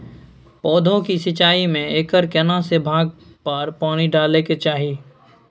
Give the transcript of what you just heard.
पौधों की सिंचाई में एकर केना से भाग पर पानी डालय के चाही?